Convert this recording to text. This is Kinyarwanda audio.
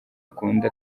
akunda